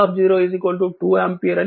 కాబట్టి ఇది 0